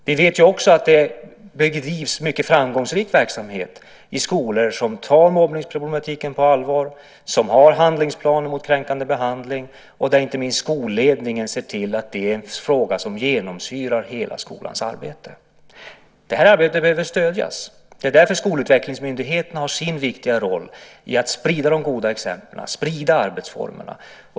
Vi vet att det bedrivs mycket framgångsrik verksamhet i skolor som tar mobbningsproblemet på allvar där man har handlingsplaner mot kränkande behandling och där inte minst skolledningen ser till att det är en fråga som genomsyrar hela skolans arbete. Detta arbete behöver stödjas. Det är därför skolutvecklingsmyndigheterna har sin viktiga roll i att sprida de goda exemplen och arbetsformerna.